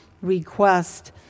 request